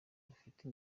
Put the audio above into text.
bafite